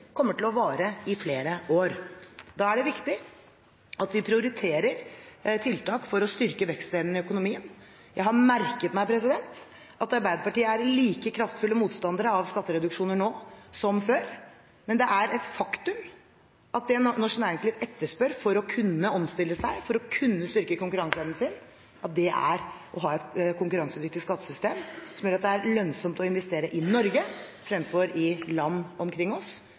kommer til å vare i flere år. Da er det viktig at vi prioriterer tiltak for å styrke vekstevnen i økonomien. Jeg har merket meg at Arbeiderpartiet er like kraftfulle motstandere av skattereduksjoner nå som før, men det er et faktum at det norsk næringsliv etterspør for å kunne omstille seg, for å kunne styrke sin konkurranseevne, er å ha et konkurransedyktig skattesystem, som gjør at det er lønnsomt å investere i Norge fremfor i land omkring oss.